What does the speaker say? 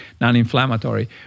non-inflammatory